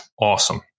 Awesome